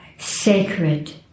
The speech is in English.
sacred